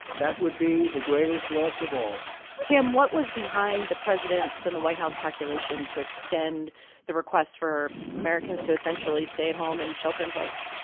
that would be the greatest loss of all tam, what was behind the president's and the white house calculation to extend the request for americans to essentially stay at home and shelter in place?